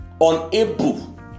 unable